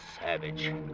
Savage